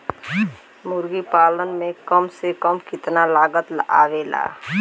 मुर्गी पालन में कम से कम कितना लागत आवेला?